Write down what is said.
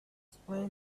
explain